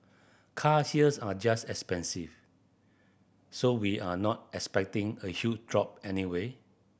cars here are just expensive so we are not expecting a huge drop anyway